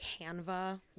Canva